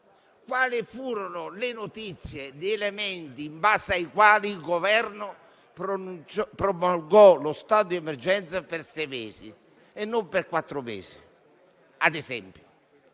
Quali furono le notizie e gli elementi in base ai quali il Governo dichiarò lo stato di emergenza per sei mesi e non per quattro?